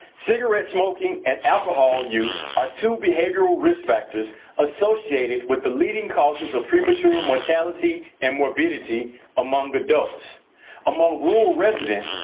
cigarette smoking and alcohol use are two behavioral risk factors associated with the leading causes of premature mortality and morbidity among adults. among rural residents,